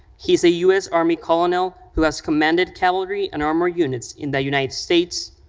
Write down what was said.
he's a u s. army colonel who has commanded cavalry and armored units in the united states,